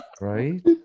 Right